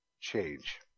change